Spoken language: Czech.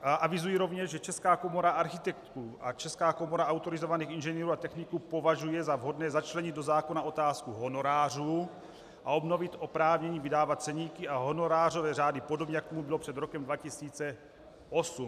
Avizuji rovněž, že Česká komora architektů a Česká komora autorizovaných inženýrů a techniků považuje za vhodné začlenit do zákona otázku honorářů a obnovit oprávnění vydávat ceníky a honorářové řády podobně, jak tomu bylo před rokem 2008.